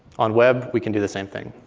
on web, we can do the same thing.